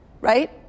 right